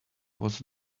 was